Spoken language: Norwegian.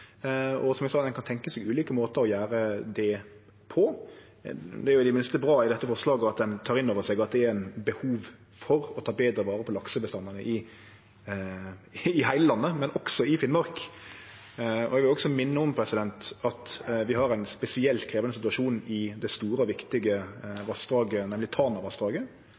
Som eg sa: Ein kan tenkje seg ulike måtar å gjere det på. Det er i det minste bra at ein i dette forslaget tek inn over seg at det er eit behov for å ta betre vare på laksebestandane i heile landet, også i Finnmark. Eg vil også minne om at vi har ein spesielt krevjande situasjon i det store, viktige vassdraget, nemleg